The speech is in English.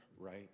right